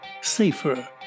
safer